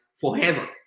forever